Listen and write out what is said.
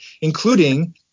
including